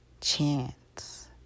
chance